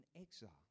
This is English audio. exile